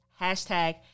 Hashtag